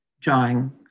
drawing